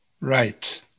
Right